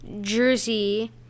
jersey